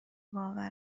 باور